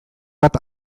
bat